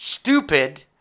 stupid